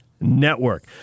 Network